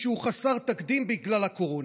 שהוא חסר תקדים בגלל הקורונה,